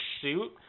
suit